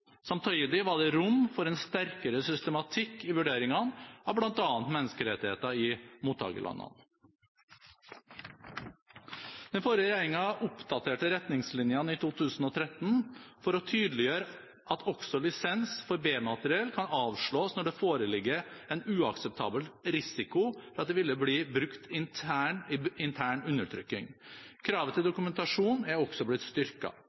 var det rom for en sterkere systematikk i vurderingene av bl.a. menneskerettigheter i mottakerlandene. Den forrige regjeringen oppdaterte retningslinjene i 2013 for å tydeliggjøre at også lisens for B-materiell kan avslås når det foreligger en uakseptabel risiko for at dette vil bli brukt til intern undertrykking. Krav til dokumentasjon er også blitt